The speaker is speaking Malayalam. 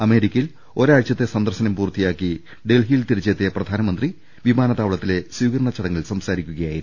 അമേരിക്ക യിൽ ഒരാഴ്ചത്തെ സന്ദർശനം പൂർത്തിയാക്കി ഡൽഹിയിൽ തിരിച്ചെത്തിയ പ്രധാനമന്ത്രി വിമാനത്താവളത്തിലെ സ്വീകരണ ചടങ്ങിൽ സംസാരിക്കുക യായിരുന്നു